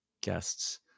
guests